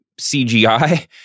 CGI